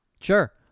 Sure